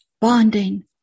bonding